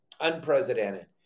Unprecedented